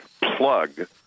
plug